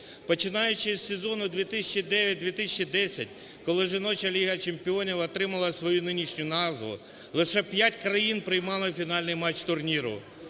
Починаючи з сезону 2009-2010, коли жіноча Ліга чемпіонів отримала свою нинішню назву, лише п'ять країн приймали фінальний матч турніру.